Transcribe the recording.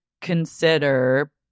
consider